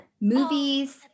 movies